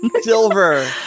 Silver